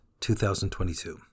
2022